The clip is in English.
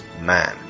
man